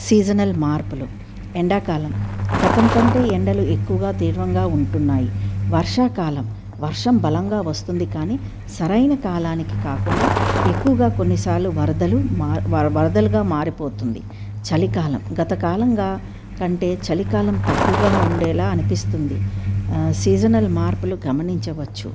seasonal మార్పులు ఎండాకాలం గతం కంటే ఎండలు ఎక్కువగా తీవ్రంగా ఉంటున్నాయి వర్షాకాలం వర్షం బలంగా వస్తుంది కానీ సరైన కాలానికి కాకుండా ఎక్కువగా కొన్నిసార్లు వరదలు మ వరదలుగా మారిపోతుంది చలికాలం గతకాలంగా కంటే చలికాలం తక్కువగా ఉండేలా అనిపిస్తుంది సీజనల్ మార్పులు గమనించవచ్చు